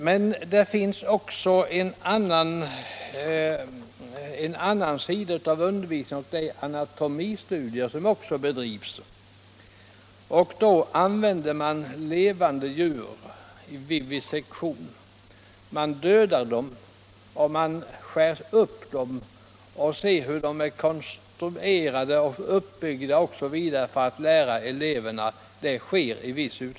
Men det finns också en annan sida av undervisningen, nämligen anatomistudier. Då använder man i viss utsträckning levande djur för dissektion. Man dödar djuren, skär upp dem och visar eleverna hur de är uppbyggda osv.